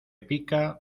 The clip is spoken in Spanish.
pica